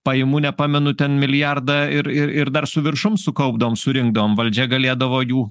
pajamų nepamenu ten milijardą ir ir ir dar su viršum sukaupdavom surinkdavom valdžia galėdavo jų